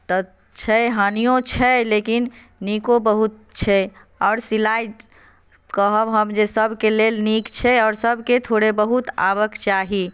तऽ छै हानियो छै लेकिन नीको बहुत छै आओर सिलाइ कहब हम जे सभके लेल नीक छै आओर सभके थोड़े बहुत आबयके चाही